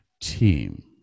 team